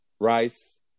rice